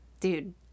Dude